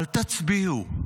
אל תצביעו,